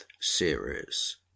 series